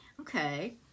Okay